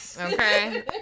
okay